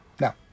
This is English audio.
no